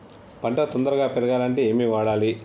పంట తొందరగా పెరగాలంటే ఏమి వాడాలి?